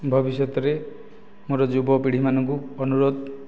ଭବିଷ୍ୟତରେ ମୋର ଯୁବ ପିଢ଼ି ମାନଙ୍କୁ ଅନୁରୋଧ